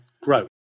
growth